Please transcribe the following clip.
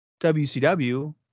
WCW